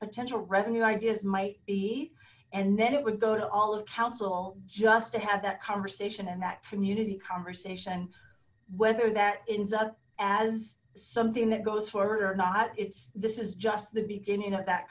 potential revenue ideas might be and then it would go to all of council just to have that conversation in that community conversation whether that ends up as something that goes forward or not it's this is just the beginning of that